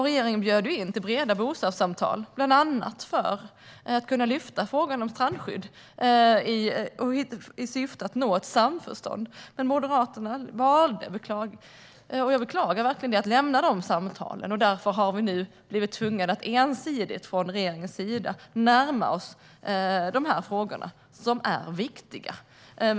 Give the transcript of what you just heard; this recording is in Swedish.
Regeringen bjöd in till breda bostadssamtal, bland annat för att kunna ta upp frågan om strandskydd i syfte att nå samförstånd. Moderaterna valde dock att lämna de samtalen, vilket jag verkligen beklagar, och därför har vi nu blivit tvungna att ensidigt från regeringen närma oss dessa frågor som är viktiga.